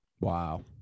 Wow